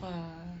what ah